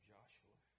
Joshua